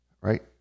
Right